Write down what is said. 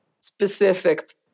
specific